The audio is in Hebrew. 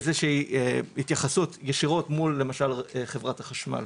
איזושהי התייחסות ישירות מול חברת החשמל.